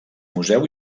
museu